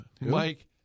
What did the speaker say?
Mike